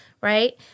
right